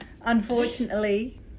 unfortunately